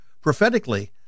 prophetically